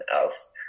else